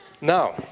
Now